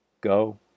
go